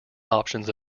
options